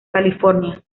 california